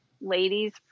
ladies